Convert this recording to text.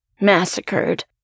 massacred